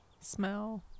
smell